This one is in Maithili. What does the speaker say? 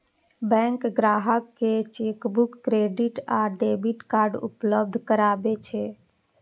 बैंक ग्राहक कें चेकबुक, क्रेडिट आ डेबिट कार्ड उपलब्ध करबै छै